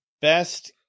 best